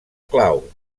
clau